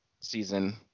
season